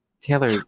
Taylor